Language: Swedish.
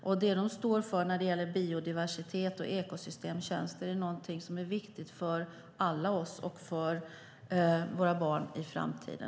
Och det de står för när det gäller biodiversitet och ekosystemtjänster är någonting som är viktigt för alla oss och för våra barn i framtiden.